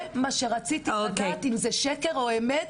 זה מה שרציתי לדעת, אם זה שקר או אמת.